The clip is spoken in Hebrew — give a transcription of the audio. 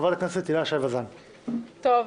חברת הכנסת הילה שי וזאן, בבקשה.